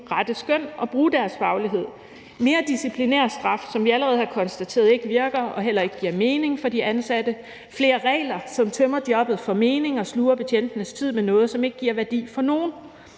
rette skøn og bruge deres faglighed; mere disciplinærstraf, hvilket vi allerede har konstateret ikke virker og heller ikke giver mening for de ansatte; flere regler, som tømmer jobbet for mening og sluger betjentenes tid med noget, som ikke giver værdi for nogen,